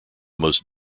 most